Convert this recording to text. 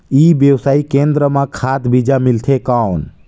ई व्यवसाय केंद्र मां खाद बीजा मिलथे कौन?